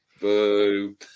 boo